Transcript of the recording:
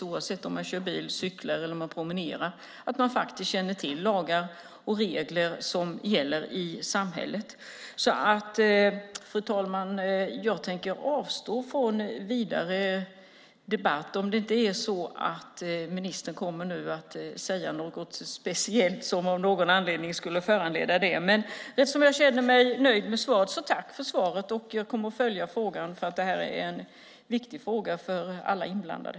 Oavsett om man kör bil, cyklar eller promenerar har man ett ansvar att känna till lagar och regler som gäller i samhället. Fru talman! Jag tänker avstå från vidare debatt, om inte ministern nu kommer att säga något speciellt som av någon anledning skulle föranleda ytterligare inlägg. Eftersom jag känner mig nöjd vill jag bara tacka för svaret och säga att jag kommer att följa frågan då den är viktig för alla inblandade.